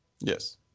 Yes